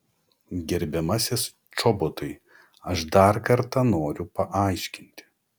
gerbiamasis čobotai aš dar kartą noriu paaiškinti